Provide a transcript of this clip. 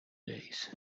days